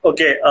Okay